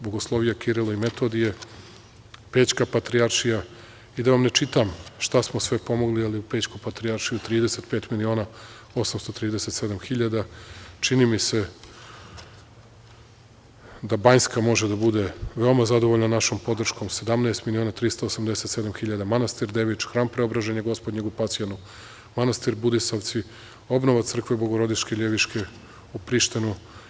Bogoslovija Kiril i Metodije, Pećka patrijaršija i da vam ne čitam šta smo sve pomogli, u Pećku patrijaršiju 35 miliona 837 hiljada, čini mi se da Banjska može da bude veoma zadovoljna našom podrškom, 17 miliona 387 hiljada manastir Devič, hram Preobraženja gospodnjeg u Pasjanu, manastir Budisavci, obnova crkve Bogorodice Ljeviške u Prištini.